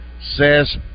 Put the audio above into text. says